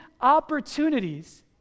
opportunities